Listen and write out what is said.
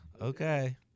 Okay